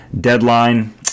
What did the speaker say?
deadline